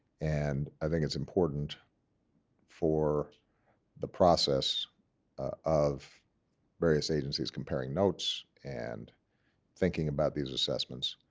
and i think it's important for the process of various agencies comparing notes and thinking about these assessments.